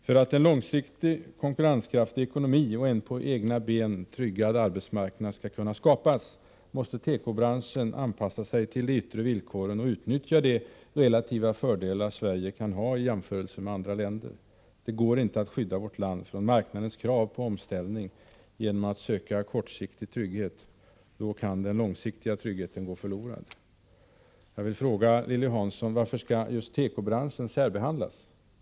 För att en långsiktigt konkurrenskraftig ekonomi och en på egna ben tryggad arbetsmarknad skall kunna skapas måste tekobranschen anpassa sig till de yttre villkoren och utnyttja de relativa fördelar Sverige kan ha i jämförelse med andra länder. Det går inte att skydda vårt land från marknadens krav på omställning genom att söka kortsiktig trygghet. Då kan den långsiktiga tryggheten gå förlorad. Jag vill fråga Lilly Hansson: Varför skall just tekobranschen särbehandlas?